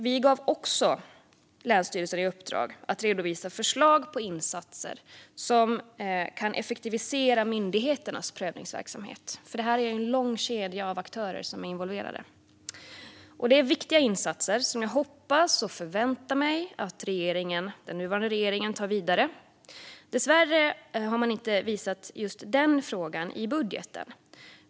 Vi gav också länsstyrelserna i uppdrag att redovisa förslag på insatser som kan effektivisera myndigheternas prövningsverksamhet. Det är en lång kedja av aktörer som är involverade. Detta är viktiga insatser, som jag hoppas och förväntar mig att den nuvarande regeringen tar vidare. Dessvärre har man inte visat det i budgeten.